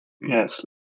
Yes